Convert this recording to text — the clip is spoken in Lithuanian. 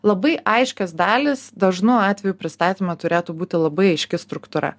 labai aiškios dalys dažnu atveju pristatyme turėtų būti labai aiški struktūra